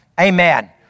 Amen